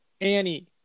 Annie